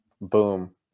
Boom